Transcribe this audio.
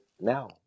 now